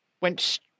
went